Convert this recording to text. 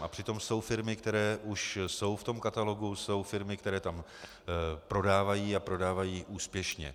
A přitom jsou firmy, které už jsou v tom katalogu, jsou firmy, které tam prodávají a prodávají úspěšně.